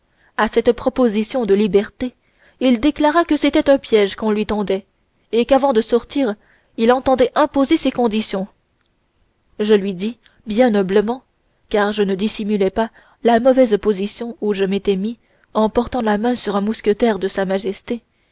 à cette proposition de liberté il déclara que c'était un piège qu'on lui tendait et qu'avant de sortir il entendait imposer ses conditions je lui dis bien humblement car je ne me dissimulais pas la mauvaise position où je m'étais mis en portant la main sur un mousquetaire de sa majesté